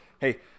Hey